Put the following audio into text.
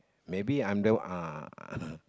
maybe I'm the one uh